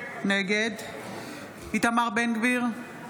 נגד איתמר בן גביר,